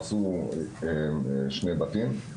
הרסו שני בתים,